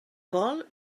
col